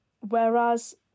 Whereas